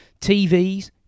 TVs